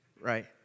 right